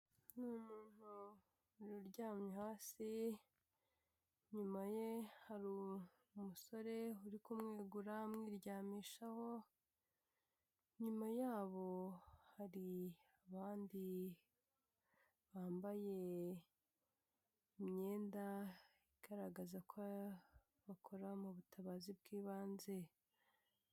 Ni umuntu uryamye hasi, inyuma ye hari umusore uri kumwegura amwiryamishaho, nyuma yaho hari abandi bambaye imyenda igaragaza ko bakora mu butabazi bw'ibanze.